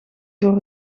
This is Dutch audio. door